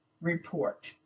report